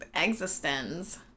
Existence